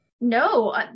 no